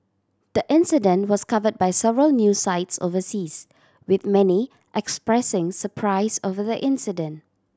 the incident was covered by several news sites overseas with many expressing surprise over the incident